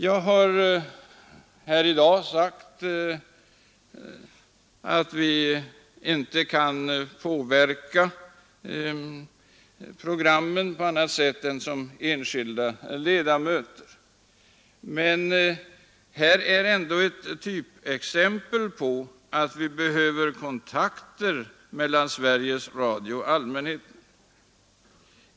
Jag har här i dag sagt att vi inte kan påverka programmen på annat sätt än som enskilda ledamöter, men här har vi ändå ett typexempel på behovet av kontakter mellan Sveriges Radio och allmänheten.